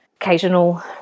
occasional